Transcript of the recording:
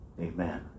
Amen